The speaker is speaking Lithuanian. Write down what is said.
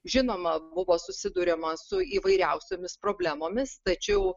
žinoma buvo susiduriama su įvairiausiomis problemomis tačiau